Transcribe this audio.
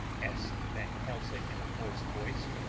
asked van helsing in a hoarse voice.